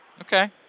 Okay